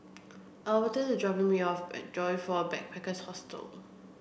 Albertus is dropping me off at Joyfor Backpackers' Hostel